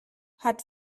hat